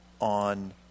on